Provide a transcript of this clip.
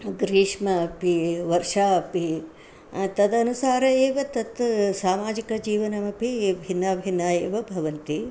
ग्रीष्मः अपि वर्षा अपि तदनुसारम् एव तत् सामाजिकजीवनमपि भिन्नं भिन्नम् एव भवति